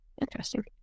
Interesting